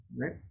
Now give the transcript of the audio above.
right